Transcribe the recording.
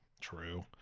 true